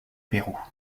pérou